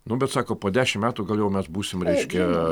nu bet sako po dešim metų gal jau mes būsim reiškia